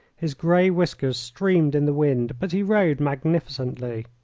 his grey whiskers streamed in the wind, but he rode magnificently.